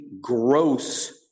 gross